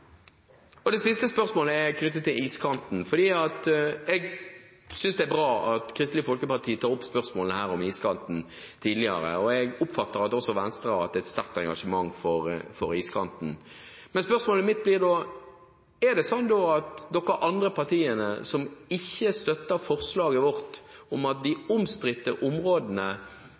kull? Det siste spørsmålet er knyttet til iskanten. Jeg synes det er bra at Kristelig Folkeparti tidligere har tatt opp spørsmålet om iskanten. Jeg oppfatter det slik at også Venstre har hatt et sterkt engasjement for iskanten. Spørsmålet mitt blir da: De partiene som ikke støtter forslaget vårt som handler om de omstridte områdene